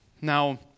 Now